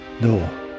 No